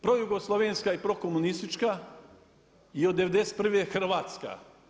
Projugoslavenska i prokomunistička i od '91. hrvatska.